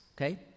Okay